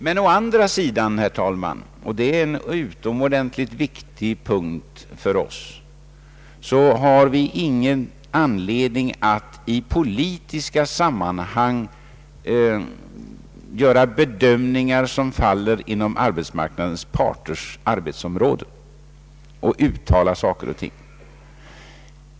Men å andra sidan, herr talman — och det är en utomordentligt viktig punkt för oss — har vi ingen anledning att i politiska sammanhang göra bedömningar som faller inom arbetsmarknadens parters arbetsområde.